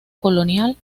colonial